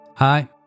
Hi